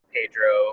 Pedro